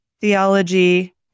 theology